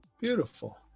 Beautiful